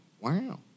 Wow